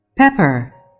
Pepper